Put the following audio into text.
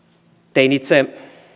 tein itse